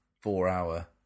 four-hour